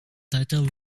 title